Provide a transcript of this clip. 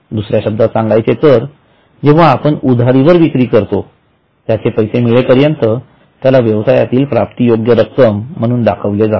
दुसऱ्या शब्दात सांगायचे तर जेंव्हा आपण उधारीवर विक्री करतो त्याचे पैसे मिळेपर्यंत त्याला व्यवसायातील प्राप्ती योग्य रक्कम म्हणून दर्शविले जाते